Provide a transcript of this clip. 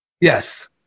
Yes